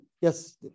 yes